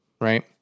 right